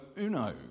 uno